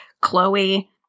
Chloe